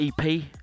EP